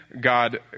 God